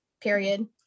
period